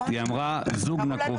היא אמרה זוג נקרופילים.